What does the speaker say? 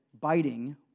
biting